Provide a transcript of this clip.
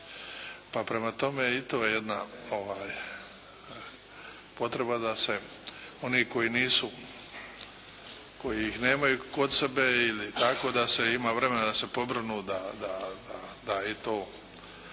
Pa prema tome i to je jedna potreba da se oni koji nisu, koji ih nemaju kod sebe ili tako da se ima vremena da se pobrinu da i to